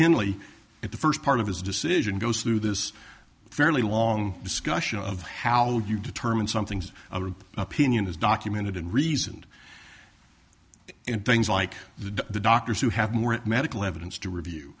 really at the first part of his decision goes through this fairly long discussion of how do you determine something's opinion is documented and reasoned and things like the doctors who have more medical evidence to review